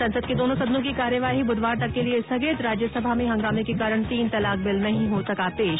संसद के दोनो सदनों की कार्यवाही बुधवार तक के लिये स्थगित राज्यसभा में हंगामे के कारण तीन तलाक बिल नहीं हो सका पेश